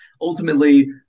ultimately